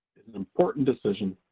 important decision,